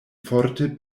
forte